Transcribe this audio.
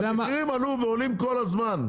המחירים עלו ועולים כל הזמן.